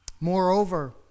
Moreover